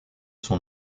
son